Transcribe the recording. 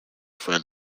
friend